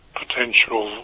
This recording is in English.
potential